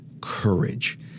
courage